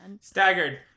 staggered